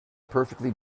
perfectly